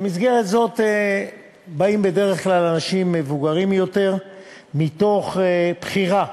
למסגרת זו באים בדרך כלל אנשים מבוגרים יותר מתוך בחירה.